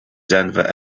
denver